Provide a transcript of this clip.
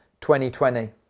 2020